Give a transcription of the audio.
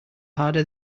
harder